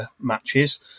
matches